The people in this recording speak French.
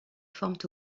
forment